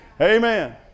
Amen